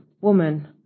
woman